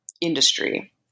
industry